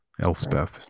Elspeth